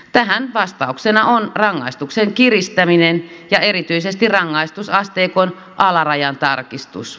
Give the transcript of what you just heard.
tähän vastauksena on rangaistusten kiristäminen ja erityisesti rangaistusasteikon alarajan tarkistus